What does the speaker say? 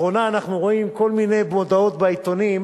לאחרונה אנחנו רואים כל מיני מודעות בעיתונים